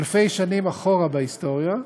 אלפי שנים אחורה בהיסטוריה,